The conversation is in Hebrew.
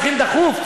צריכים דחוף,